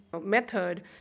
method